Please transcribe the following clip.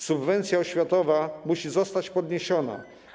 Subwencja oświatowa musi zostać podniesiona.